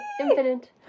Infinite